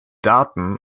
daten